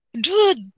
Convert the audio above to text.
Dude